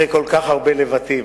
אחרי כל כך הרבה לבטים,